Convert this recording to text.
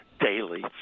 daily